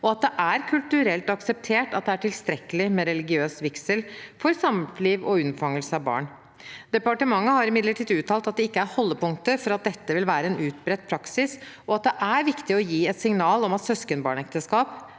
og at det er kulturelt akseptert at det er tilstrekkelig med religiøs vigsel for samliv og unnfangelse av barn. Departementet har imidlertid uttalt at det ikke er holdepunkter for at dette vil være en utbredt praksis, og at det er viktig å gi et signal om at søskenbarnekteskap,